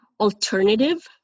alternative